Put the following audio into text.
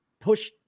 push